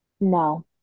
no